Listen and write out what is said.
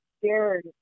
scared